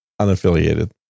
unaffiliated